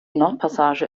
nordpassage